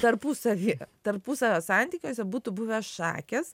tarpusavyje tarpusavio santykiuose būtų buvę šakės